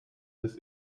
this